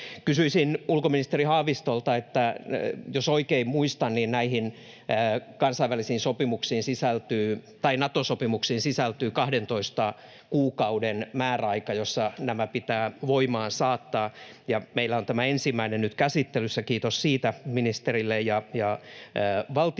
Kysyisin ulkoministeri Haavistolta: jos oikein muistan, niin näihin Nato-sopimuksiin sisältyy 12 kuukauden määräaika, jossa nämä pitää voimaan saattaa, ja meillä on tämä ensimmäinen nyt käsittelyssä — kiitos siitä ministerille ja valtioneuvostolle